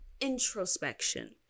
introspection